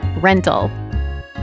rental